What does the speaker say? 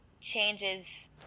changes